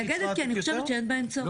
אני מתנגדת כי אני חושבת שאין בהם צורך.